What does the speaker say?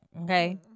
okay